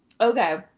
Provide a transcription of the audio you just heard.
Okay